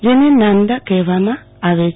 જેને નાદા કહેવામાં આવે છે